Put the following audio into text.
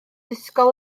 ysgol